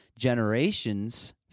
Generations